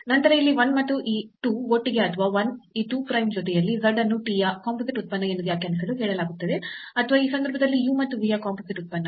ನಂತರ ಇಲ್ಲಿ 1 ಮತ್ತು ಈ 2 ಒಟ್ಟಿಗೆ ಅಥವಾ 1 ಈ 2 ಪ್ರೈಮ್ ಜೊತೆಯಲ್ಲಿ z ಅನ್ನು t ಯ ಕಂಪೋಸಿಟ್ ಉತ್ಪನ್ನ ಎಂದು ವ್ಯಾಖ್ಯಾನಿಸಲು ಹೇಳಲಾಗುತ್ತದೆ ಅಥವಾ ಈ ಸಂದರ್ಭದಲ್ಲಿ u ಮತ್ತು v ಯ ಕಂಪೋಸಿಟ್ ಉತ್ಪನ್ನ